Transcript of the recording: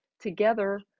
Together